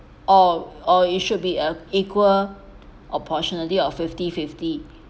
or or it should be uh equal opportunity of fifty fifty